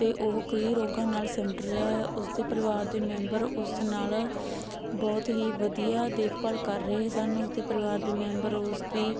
ਅਤੇ ਉਹ ਕਈ ਰੋਗਾਂ ਨਾਲ ਸਿਮਟ ਰਿਹਾ ਹੈ ਉਸਦੇ ਪਰਿਵਾਰ ਦੇ ਮੈਂਬਰ ਉਸ ਨਾਲ ਬਹੁਤ ਹੀ ਵਧੀਆ ਦੇਖਭਾਲ ਕਰ ਰਹੇ ਸਨ ਉਸ ਦੇ ਪਰਿਵਾਰ ਦੇ ਮੈਂਬਰ ਉਸ ਦੀ